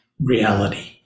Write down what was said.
reality